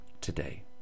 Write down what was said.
today